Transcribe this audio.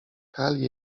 kali